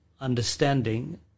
understanding